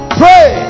pray